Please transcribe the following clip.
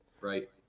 Right